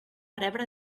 rebre